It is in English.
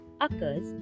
occurs